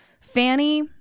fanny